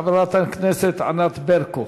חברת הכנסת ענת ברקו.